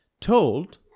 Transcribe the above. told